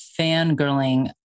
fangirling